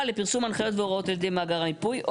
לפרסום הנחיות והוראות על ידי מאגר המיפוי,